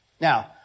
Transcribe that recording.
Now